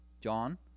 John